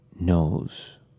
knows